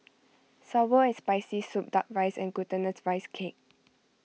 Sour and Spicy Soup Duck Rice and Glutinous Rice Cake